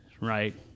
right